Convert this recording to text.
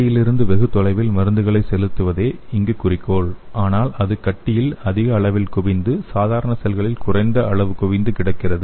கட்டியிலிருந்து வெகு தொலைவில் மருந்துகளை செலுத்துவதே இங்கு குறிக்கோள் ஆனால் அது கட்டியில் அதிக அளவில் குவிந்து சாதாரண செல்களில் குறைந்த அளவு குவிந்து கிடக்கிறது